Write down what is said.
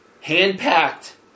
Hand-packed